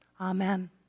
amen